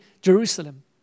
Jerusalem